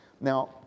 Now